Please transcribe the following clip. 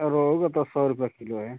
रोहू का तो सौ रुपये किलो है